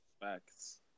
Facts